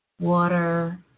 water